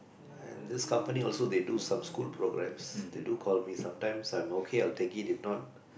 and this company also they do some school programs they do call me sometimes I'm okay I'll take it if not